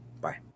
bye